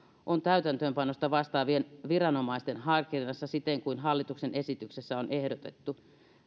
on täytäntöönpanosta vastaavien viranomaisten harkinnassa siten kuin hallituksen esityksessä on ehdotettu